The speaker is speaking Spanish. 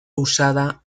usada